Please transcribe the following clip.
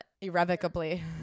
irrevocably